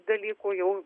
dalykų jau